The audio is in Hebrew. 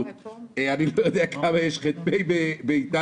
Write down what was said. אני לא יודע כמה יש ח"פ באיטליה,